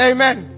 Amen